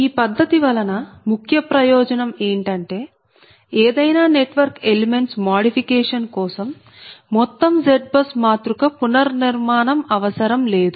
ఈ పద్ధతి వలన ముఖ్య ప్రయోజనం ఏంటంటే ఏదైనా నెట్వర్క్ ఎలిమెంట్స్ మాడిఫికేషన్ కోసం మొత్తం ZBUS మాతృక పునర్నిర్మాణం అవసరం లేదు